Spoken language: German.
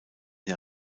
der